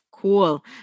Cool